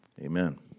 amen